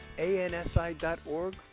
ANSI.org